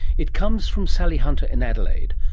it comes from sally hunter in adelaide.